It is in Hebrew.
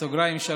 1975,